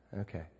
Okay